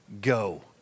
Go